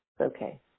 okay